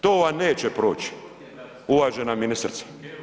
To vam neće proći uvažena ministrice.